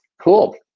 Cool